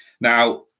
Now